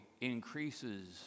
increases